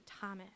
Thomas